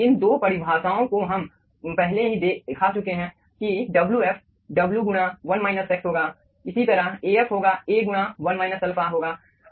इन 2 परिभाषाओं को हम पहले ही दिखा चुके हैं कि Wf W गुणा 1 माइनस x होगा इसी तरह Af होगा A गुणा 1 माइनस अल्फा होगा